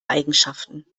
eigenschaften